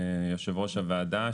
יו"ר הוועדה,